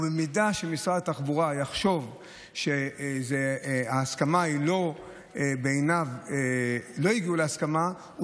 ואם משרד התחבורה יחשוב שבעיניו לא הגיעו להסכמה,